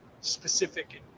specific